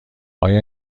آیا